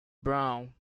brown